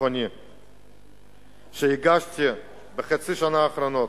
בטיחותי שהגשתי בחצי השנה האחרונה,